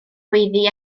gweiddi